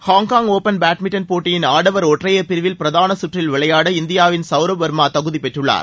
Hong Kong open badminton போட்டியில் ஆடவர் ஒற்றையர் பிரிவில் பிரதான சுற்றில் விளையாட இந்தியாவின் சவுரவ் வர்மா தகுதி பெற்றுள்ளார்